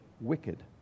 wicked